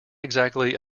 exactly